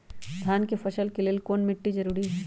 धान के फसल के लेल कौन मिट्टी जरूरी है?